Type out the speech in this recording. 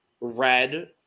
red